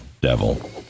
devil